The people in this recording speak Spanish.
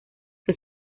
que